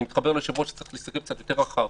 אני מתחבר ליושב-ראש שאומר שצריך להסתכל קצת יותר רחב,